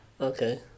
Okay